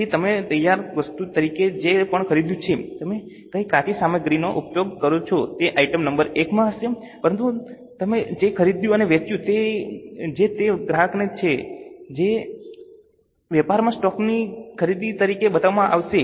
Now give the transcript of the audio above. તેથી તમે તૈયાર વસ્તુ તરીકે જે પણ ખરીદ્યું છે તમે કઈ કાચી સામગ્રીનો ઉપયોગ કરો છો તે આઇટમ નંબર I માં હશે પરંતુ તમે જે ખરીદ્યું અને વેચ્યું છે તે ગ્રાહકને છે જે વેપારમાં સ્ટોકની ખરીદી તરીકે બતાવવામાં આવશે